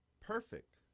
perfect